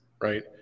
right